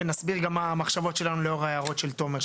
ונסביר גם מה המחשבות שלנו לאור ההערות של תומר.